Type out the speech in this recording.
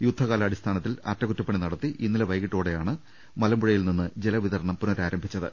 യുദ്ധകാലാടിസ്ഥാന ത്തിൽ അറ്റകുറ്റപ്പണി നടത്തി ഇന്നലെ വൈകിട്ടോടെ യാണ് മലമ്പുഴയിൽനിന്ന് ജലവിതരണം പുനരാരംഭിച്ച ത്